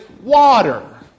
water